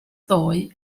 ddoe